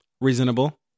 Reasonable